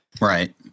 Right